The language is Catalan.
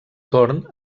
torn